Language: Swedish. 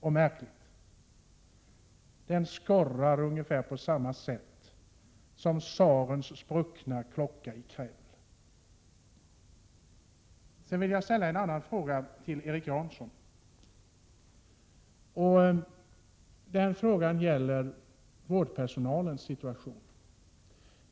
Den kritiken skorrar ungefär på samma sätt som tsarens spruckna klocka i Kreml. Jag vill ställa en annan fråga till Erik Janson. Den gäller vårdpersonalens situation.